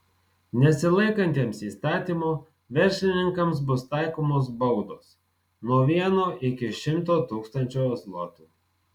nesilaikantiems įstatymo verslininkams bus taikomos baudos nuo vieno iki šimto tūkstančio zlotų